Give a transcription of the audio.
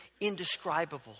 indescribable